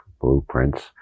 blueprints